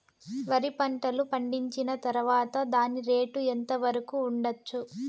వరి పంటలు పండించిన తర్వాత దాని రేటు ఎంత వరకు ఉండచ్చు